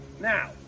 Now